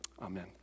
Amen